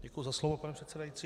Děkuji za slovo, pane předsedající.